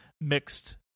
mixed